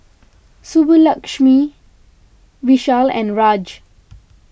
Subbulakshmi Vishal and Raj